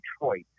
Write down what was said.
Detroit